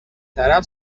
طرف